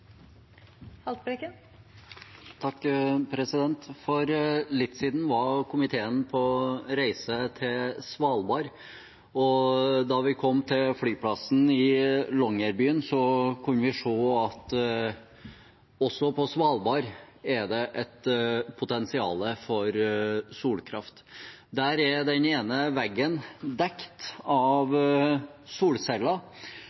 For litt siden var komiteen på reise til Svalbard. Da vi kom til flyplassen i Longyearbyen, kunne vi se at også på Svalbard er det et potensial for solkraft. Der er den ene veggen dekket av